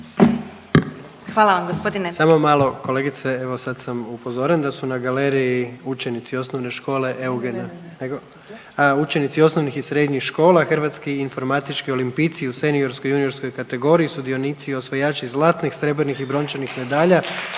Gordan (HDZ)** Samo malo kolegice, evo sad sam upozoren da su na galeriji učenici osnovnih i srednjih škola, Hrvatski informatički olimpijci u seniorskoj i juniorskoj kategoriji sudionici i osvajači zlatnih, srebrnih i brončanih medalja